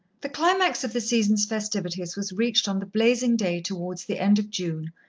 the climax of the season's festivities was reached on the blazing day towards the end of june,